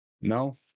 No